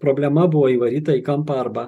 problema buvo įvaryta į kampą arba